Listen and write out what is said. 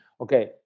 okay